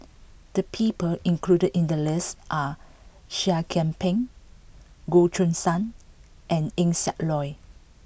the people included in the list are Seah Kian Peng Goh Choo San and Eng Siak Loy